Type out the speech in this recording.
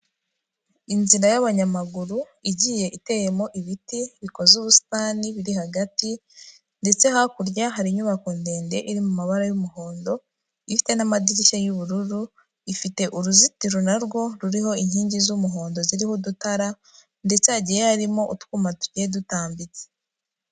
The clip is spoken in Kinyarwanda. Inzira y'abanyamaguru igiye iteyemo ibiti bikoze ubusitani biri hagati ndetse hakurya hari inyubako ndende iri mu mabara y'umuhondo, ifite n'amadirishya y'ubururu, ifite uruzitiro na rwo ruriho inkingi z'umuhondo ziriho udutara ndetsegiye harimo utwuma tugiye dutambitse.